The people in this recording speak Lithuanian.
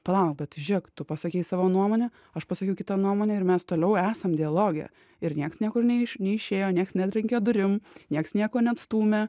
palauk bet žiūrėk tu pasakei savo nuomonę aš pasakiau kitą nuomonę ir mes toliau esam dialoge ir niekas niekur neišėjo niekas netrenkė durim niekas nieko neatstūmė